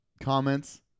comments